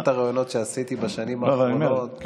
כמות הראיונות שעשיתי בשנים האחרונות,